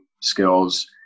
skills